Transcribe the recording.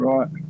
Right